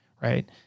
right